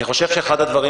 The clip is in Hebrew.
אני חושב שאחד הדברים